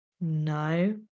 No